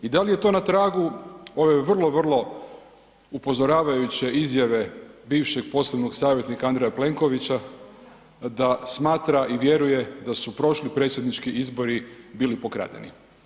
I da li je to na tragu ove vrlo, vrlo upozoravajuće izjave bivšeg posebnog savjetnika Andreja Plenkovića da smatra i vjeruje da su prošli predsjednički izbori bili pokradeni?